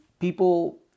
People